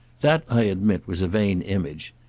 that, i admit, was a vain image.